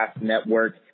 Network